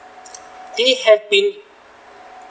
they have been